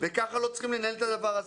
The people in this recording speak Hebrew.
וכך לא צריכים לנהל את הדבר הזה.